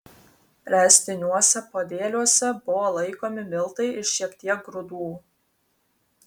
ręstiniuose podėliuose buvo laikomi miltai ir šiek tiek grūdų